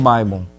Bible